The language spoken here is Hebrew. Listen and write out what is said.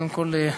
קודם כול,